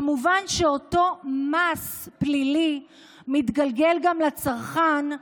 כמובן שאותו "מס" פלילי מתגלגל גם לצרכן,